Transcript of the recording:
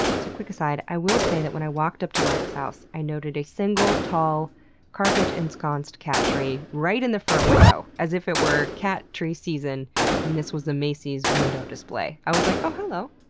so quick aside, i will say that when i walked up to mikel's house, i noted a single, tall carpet-ensconced cat tree right in the front window, as if it were cat tree season and this was a macy's window display. i was like, oh, hello.